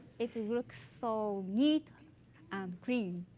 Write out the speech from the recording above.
it looks so neat and clean.